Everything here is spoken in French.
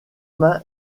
main